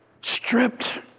Stripped